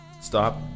Stop